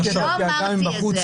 לא אמרתי את זה.